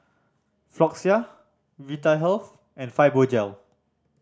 Floxia Vitahealth and Fibogel